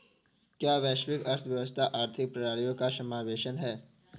क्या वैश्विक अर्थव्यवस्था आर्थिक प्रणालियों का समावेशन है?